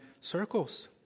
circles